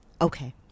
Okay